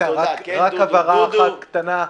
רק הבהרה קטנה.